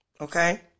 Okay